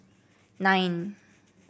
nine